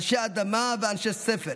אנשי אדמה ואנשי ספר,